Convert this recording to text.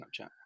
snapchat